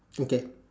okay